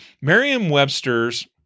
Merriam-Webster's